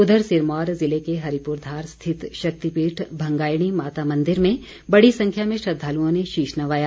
उधर सिरमौर ज़िले के हरिपुर धार स्थित शक्तिपीठ भंगायणी माता मंदिर में बड़ी संख्या में श्रद्वालुओं ने शीष नवाया